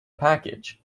package